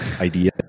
idea